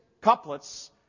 couplets